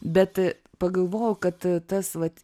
bet pagalvojau kad tas vat